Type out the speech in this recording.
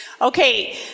Okay